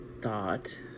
thought